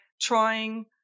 trying